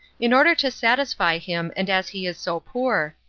in order to satisfy him and as he is so poor,